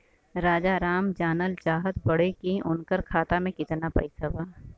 राजाराम जानल चाहत बड़े की उनका खाता में कितना पैसा बा?